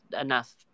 enough